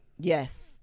Yes